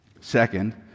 Second